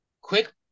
quick